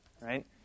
Right